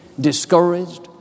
discouraged